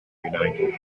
united